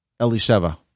Elisheva